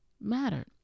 mattered